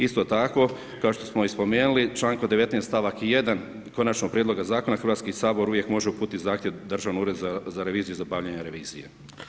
Isto tako kao što smo i spomenuli u članku 19. stavak 1. konačnog prijedloga zakona, Hrvatski sabor uvijek može uputiti zahtjev Državnog ureda za reviziju i za obavljanje revizije.